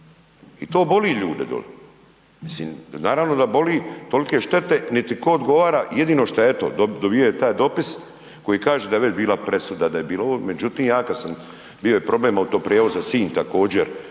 I to boli ljude dolje. Mislim naravno da boli, toliko štete, niti ko odgovara, jedino šta eto, dobivaju taj dopis koji kaže da je već bila presuda, međutim ja kad sam, bio je problem Autoprijevoza Sinj također